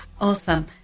awesome